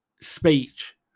speech